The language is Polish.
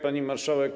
Pani Marszałek!